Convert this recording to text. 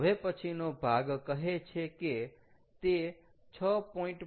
હવે પછીનો ભાગ કહે છે કે તે 6